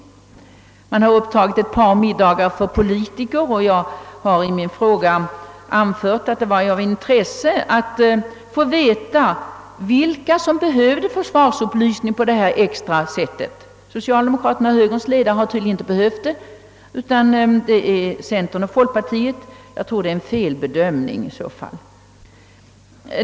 Man har bl.a. upptagit ett par middagar för politiker, och jag har i min fråga sagt att det var av intresse att få veta vilka som behövde försvarsupplysning på detta extra sätt. Socialdemokraternas och högerns ledare har tydligen inte behövt det, utan det är centerns och folkpartiets. Jag tror att det i så fall är en felbedömning.